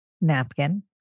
napkin